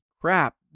crap